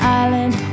island